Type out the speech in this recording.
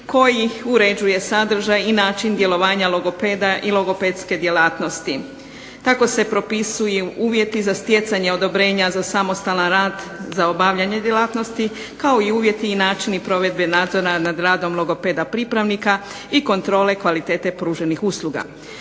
koji uređuje i sadržaj i način djelovanja logopeda i logopedske djelatnosti. Tako se propisuju uvjeti za stjecanje odobrenja za samostalan rad za obavljanje djelatnosti kao i uvjeti i načini provedbe nadzora nad radom logopeda pripravnika i kontrole kvalitete pruženih usluga.